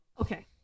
Okay